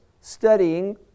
studying